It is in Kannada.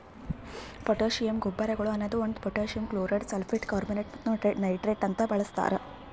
ಪೊಟ್ಯಾಶ್ ಗೊಬ್ಬರಗೊಳ್ ಅನದು ಒಂದು ಪೊಟ್ಯಾಸಿಯಮ್ ಕ್ಲೋರೈಡ್, ಸಲ್ಫೇಟ್, ಕಾರ್ಬೋನೇಟ್ ಮತ್ತ ನೈಟ್ರೇಟ್ ಅಂತ ಬಳಸ್ತಾರ್